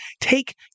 take